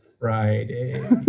Friday